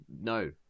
No